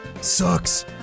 sucks